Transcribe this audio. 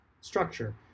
structure